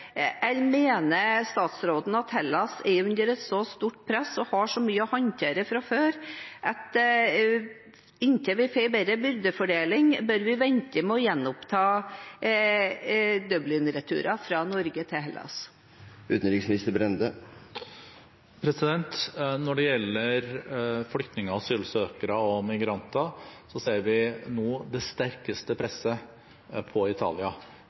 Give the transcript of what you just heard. mener statsråden at Hellas er under et så stort press og har så mye å håndtere fra før, at vi inntil vi får bedre byrdefordeling, bør vente med å gjenoppta Dublin-returer fra Norge til Hellas? Når det gjelder flyktninger, asylsøkere og immigranter, ser vi nå det sterkeste presset på Italia.